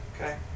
Okay